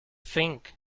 think